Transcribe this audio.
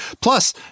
Plus